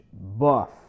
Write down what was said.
buff